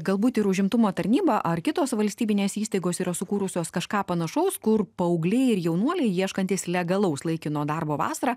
galbūt ir užimtumo tarnyba ar kitos valstybinės įstaigos yra sukūrusios kažką panašaus kur paaugliai ir jaunuoliai ieškantys legalaus laikino darbo vasarą